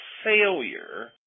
failure